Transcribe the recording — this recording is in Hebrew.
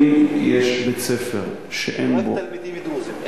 בבית-הספר בפקיעין יש רק תלמידים דרוזים,